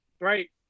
right